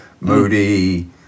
moody